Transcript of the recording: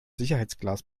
sicherheitsglas